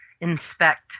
inspect